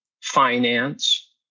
finance